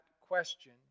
question